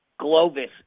Glovis